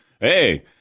Hey